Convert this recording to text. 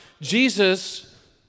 Jesus